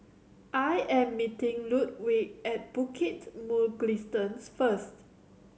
I am meeting Ludwig at Bukit Mugliston first